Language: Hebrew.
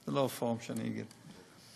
זה לא הפורום שאני אגיד את זה.